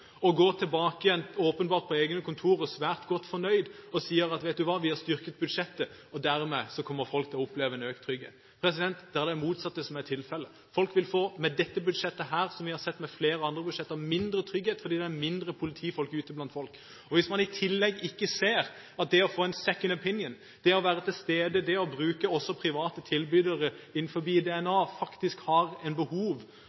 egne kontorer svært godt fornøyde, og sier: Vet du hva, vi har styrket budsjettet, og dermed kommer folk til å oppleve økt trygghet. Det er det motsatte som er tilfellet. Folk vil med dette budsjettet få – som vi har sett med flere andre budsjetter – mindre trygghet, fordi det er mindre politifolk ute blant folk. Hvis man i tillegg ikke ser at det å få en «second opinion» – det å være til stede, det å bruke også private tilbydere